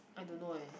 I don't know eh